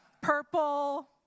purple